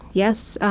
yes.